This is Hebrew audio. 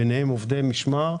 ביניהם עובדי משמר,